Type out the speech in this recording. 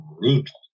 brutal